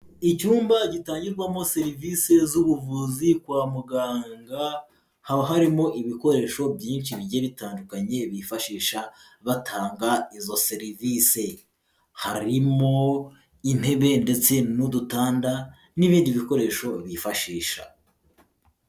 Icyumba gitangirwamo serivisi z'ubuvuzi kwa muganga, haba harimo ibikoresho byinshi bigiye bitandukanye bifashisha batanga izo serivise, harimo intebe ndetse n'udutanda n'ibindi bikoresho bifashisha.